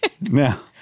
Now